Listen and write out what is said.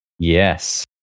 Yes